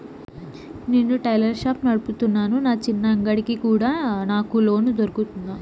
నేను tailor shop నడుపుతున్నాను, నా చిన్న అంగడి కి కూడా నాకు లోను దొరుకుతుందా?